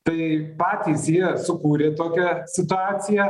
tai patys jie sukūrė tokią situaciją